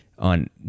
on